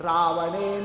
Ravana